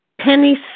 Penny